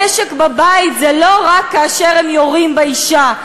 נשק בבית זה לא רק כאשר הם יורים באישה.